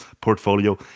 portfolio